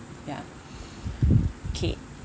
ya K